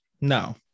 no